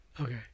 Okay